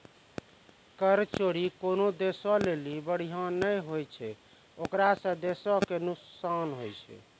कर चोरी कोनो देशो लेली बढ़िया नै होय छै ओकरा से देशो के नुकसान होय छै